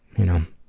you know,